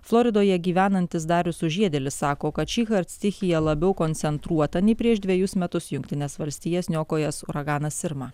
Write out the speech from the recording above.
floridoje gyvenantis darius sužiedėlis sako kad šįkart stichija labiau koncentruota nei prieš dvejus metus jungtines valstijas niokojęs uraganas irma